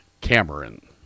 Cameron